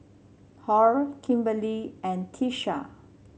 Hall Kimberley and Tisha